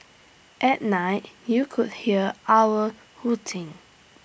at night you could hear owls hooting